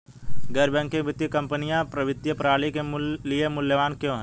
गैर बैंकिंग वित्तीय कंपनियाँ वित्तीय प्रणाली के लिए मूल्यवान क्यों हैं?